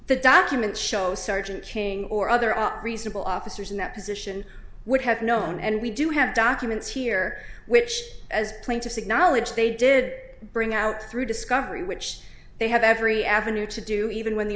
the documents show sergeant king or other are reasonable officers in that position would have known and we do have documents here which as plaintiffs acknowledge they did bring out through discovery which they have every avenue to do even when the